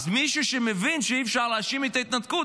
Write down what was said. אז מישהו שמבין שאי-אפשר להאשים את ההתנתקות,